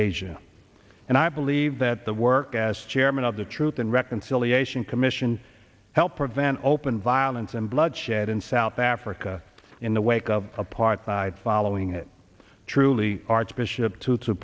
asia and i believe that the work as chairman of the truth and reconciliation commission helped prevent open violence and bloodshed in south africa in the wake of apartheid following it truly archbishop t